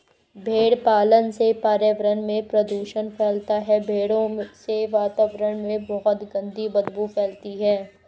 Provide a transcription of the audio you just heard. भेड़ पालन से पर्यावरण में प्रदूषण फैलता है भेड़ों से वातावरण में बहुत गंदी बदबू फैलती है